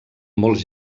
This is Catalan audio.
molts